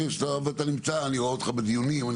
אני רואה אותך בדיונים,